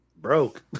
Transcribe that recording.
Broke